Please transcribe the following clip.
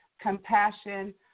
Compassion